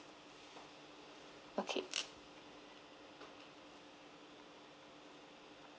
okay